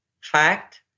fact